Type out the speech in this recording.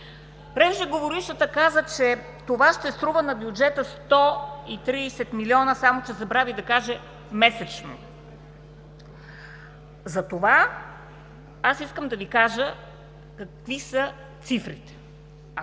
Преждеговорившата каза, че това ще струва на бюджета 130 милиона, само че забрави да каже: „месечно“. Затова искам да Ви кажа какви са цифрите. Ако